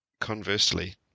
conversely